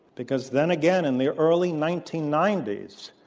because then again in the early nineteen ninety s,